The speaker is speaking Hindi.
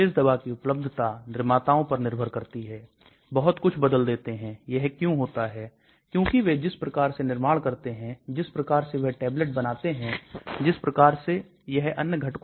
दवा एक बार अपना काम कर लेती है इसको बाहर आ जाना चाहिए बाहर निकाल दिया जाता है उत्सर्जित होता है इसलिए निकासी बहुत बहुत महत्वपूर्ण है